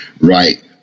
right